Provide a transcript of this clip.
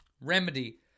Remedy